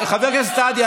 חבר הכנסת סעדי,